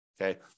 Okay